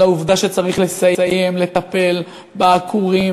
על העובדה שצריך לסיים לטפל בעקורים,